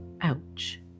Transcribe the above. Ouch